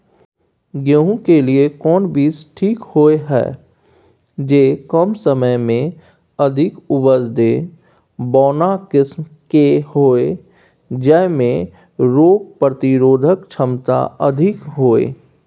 गेहूं के लिए कोन बीज ठीक होय हय, जे कम समय मे अधिक उपज दे, बौना किस्म के होय, जैमे रोग प्रतिरोधक क्षमता अधिक होय?